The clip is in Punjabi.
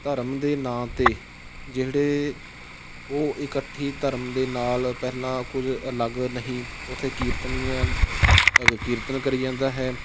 ਧਰਮ ਦੇ ਨਾਂ 'ਤੇ ਜਿਹੜੇ ਉਹ ਇਕੱਠੀ ਧਰਮ ਦੇ ਨਾਲ ਪਹਿਲਾਂ ਕੁਝ ਅਲੱਗ ਨਹੀਂ ਉੱਥੇ ਕੀਰਤਨੀਆਂ ਅ ਕੀਰਤਨ ਕਰੀ ਜਾਂਦਾ ਹੈ